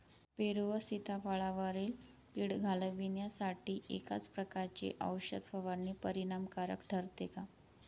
पेरू व सीताफळावरील कीड घालवण्यासाठी एकाच प्रकारची औषध फवारणी परिणामकारक ठरते का?